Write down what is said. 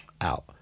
out